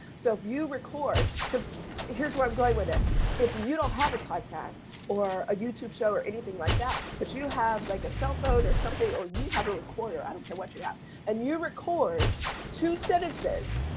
so if you record because here's where i'm going with it if you don't have a podcast or a youtube show or anything like that, but you have like a cell phone or something, or you have a recorder, i don't care what you have and you record two sentences